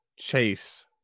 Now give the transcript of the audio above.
Chase